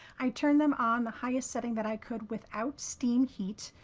i turned them on the highest setting that i could without steam heat.